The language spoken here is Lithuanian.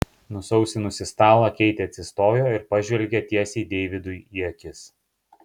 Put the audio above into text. nusausinusi stalą keitė atsistojo ir pažvelgė tiesiai deividui į akis